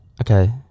Okay